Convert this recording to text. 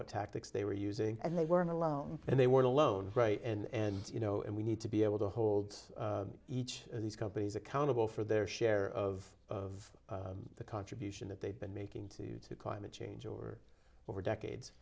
what tactics they were using and they weren't alone and they were alone right and you know and we need to be able to hold each of these companies accountable for their share of the contribution that they've been making to climate change over over decades